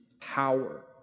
power